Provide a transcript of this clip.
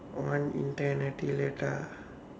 one eternity later